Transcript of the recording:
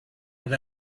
but